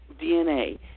DNA